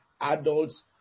adults